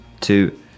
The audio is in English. two